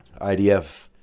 IDF